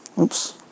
Oops